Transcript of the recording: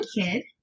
Kid